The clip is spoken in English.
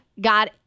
got